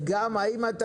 וגם אם,